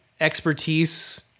expertise